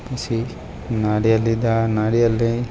પછી નાળિયેર લીધા નાળિયેર લઈ